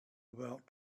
about